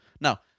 Now